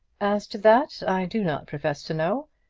as to that i do not profess to know,